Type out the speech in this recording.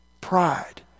pride